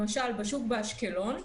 למשל, בשוק באשקלון,